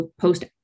post